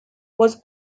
was